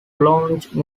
lounge